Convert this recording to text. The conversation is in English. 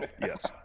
Yes